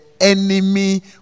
enemy